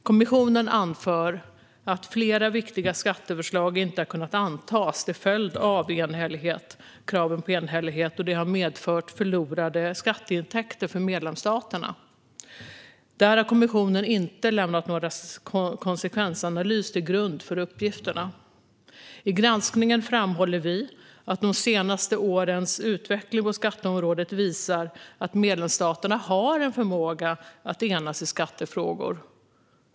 Kommissionen anför att flera viktiga skatteförslag inte har kunnat antas till följd av kraven på enhällighet och att det har medfört förlorade skatteintäkter för medlemsstaterna. Där har kommissionen inte lämnat någon konsekvensanalys till grund för uppgifterna. I granskningen framhåller vi att de senaste årens utveckling på skatteområdet visar att medlemsstaterna har en förmåga att enas i skattefrågor.